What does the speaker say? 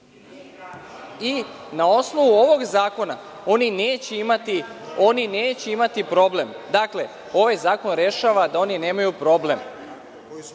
Na osnovu ovog zakona oni neće imati problem. Dakle, ovaj zakon rešava da oni nemaju problem